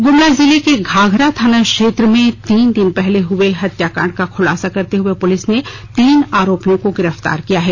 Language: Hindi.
ग्मला जिले के घाघरा थाना क्षेत्र में तीन दिन पहले हुए हत्याकांड का खुलासा करते हुए पुलिस ने तीन आरोपियों को गिरफ्तार किया है